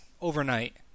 overnight